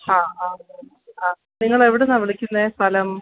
ആ ആ ആ നിങ്ങളെവിടെ നിന്നാണ് വിളിക്കുന്നത് സ്ഥലം